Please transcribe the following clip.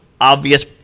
obvious